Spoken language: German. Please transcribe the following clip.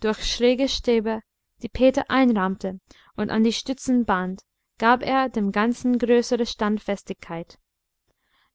durch schräge stäbe die peter einrammte und an die stützen band gab er dem ganzen größere standfestigkeit